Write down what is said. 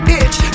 itch